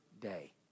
day